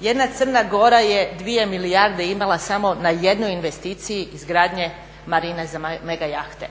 Jedna Crna Gora je 2 milijarde imala samo na jednoj investiciji izgradnje marine za megajahte,